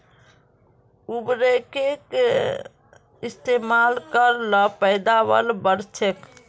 उर्वरकेर इस्तेमाल कर ल पैदावार बढ़छेक